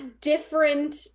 different